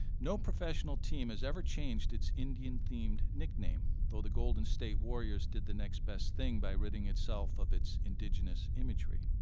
no professional team has ever changed its indian-themed nickname though the golden state warriors did the next best thing by ridding itself of its indigenous imagery.